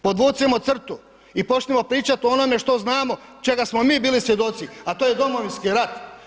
Podvucimo crtu i počnimo pričati o onome što znamo, čega smo mi bili svjedoci a to je Domovinski rat.